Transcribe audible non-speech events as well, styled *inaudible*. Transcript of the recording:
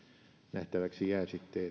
nähtäväksi jää sitten *unintelligible*